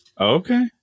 Okay